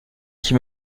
qui